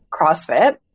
CrossFit